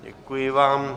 Děkuji vám.